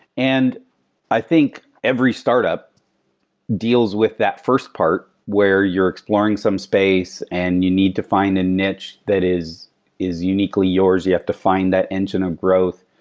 and i think every startup deals with that first part, where you're exploring some space and you need to find a niche that is is uniquely yours. you have to find that engine of growth.